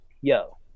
yo